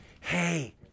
hey